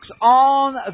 on